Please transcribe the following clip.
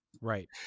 Right